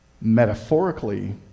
Metaphorically